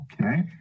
Okay